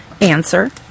Answer